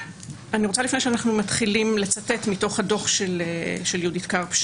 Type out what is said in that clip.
לפני שאנחנו מתחילים אני רוצה לצטט מתוך הדוח של יהודית קרפ,